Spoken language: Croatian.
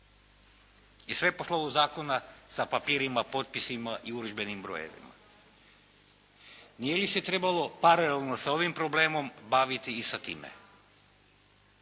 i sve je po slovu zakona sa papirima, potpisima i urudžbenim brojevima. Nije li se trebalo paralelno s ovim problemom baviti i sa time?